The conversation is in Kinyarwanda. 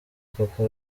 papa